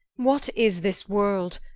what is this world?